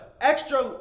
extra